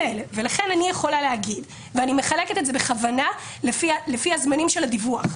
אני מחלקת את זה בכוונה לפי הזמנים של הדיווח,